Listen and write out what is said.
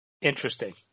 Interesting